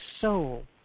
soul